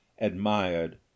admired